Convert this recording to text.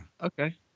Okay